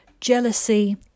jealousy